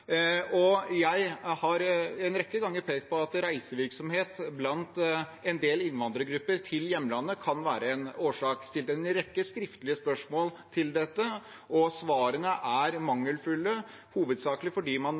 og jeg har en rekke ganger pekt på at reisevirksomhet blant en del innvandrergrupper til hjemlandet kan være en årsak. Jeg har stilt en rekke skriftlige spørsmål om dette, og svarene er mangelfulle, hovedsakelig fordi man